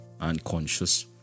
unconscious